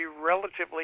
relatively